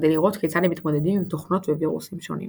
כדי לראות כיצד הם מתמודדים עם תוכנות ווירוסים שונים.